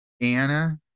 Anna